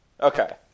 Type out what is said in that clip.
okay